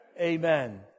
amen